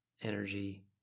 energy